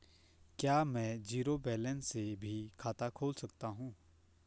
क्या में zero balance से भी खाता खोल सकता हूँ?